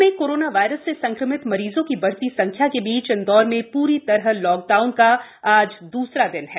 राज्य में corona virus से संक्रमित मरीजों की बढ़ती संख्या के बीच इंदौर में पूरी तरह लॉक डाउन का आज दूसरा दिन है